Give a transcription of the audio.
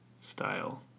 style